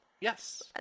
Yes